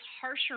harsher